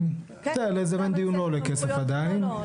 בסדר, לזמן דיון לא עולה כסף עדיין.